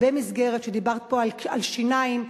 דיברת פה על שיניים,